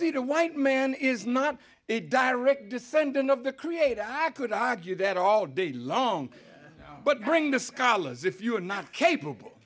see the white man is not a direct descendant of the creator i could argue that all day long but bring the scholars if you are not capable